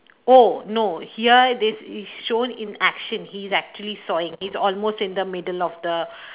oh no here this is shown in action he is actually sawing he's almost in the middle of the